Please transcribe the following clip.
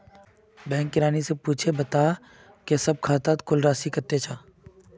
bank किरानी स पूछे बता जे सब खातौत कुल राशि कत्ते छ